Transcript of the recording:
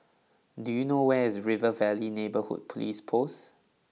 do you know where is River Valley Neighbourhood Police Post